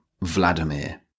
Vladimir